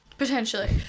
Potentially